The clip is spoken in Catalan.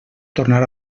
tornar